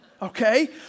Okay